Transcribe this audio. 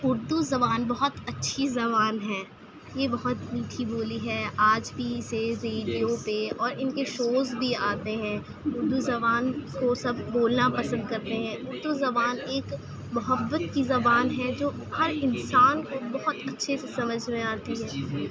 اردو زبان بہت اچھی زبان ہے یہ بہت میٹھی بولی ہے آج بھی اسے ریڈیو پہ اور ان کے شوز بھی آتے ہیں اردو زبان کو سب بولنا پسند کرتے ہیں اردو زبان ایک محبت کی زبان ہے جو ہر انسان كو بہت اچّھے سے سمجھ ميں آتى ہے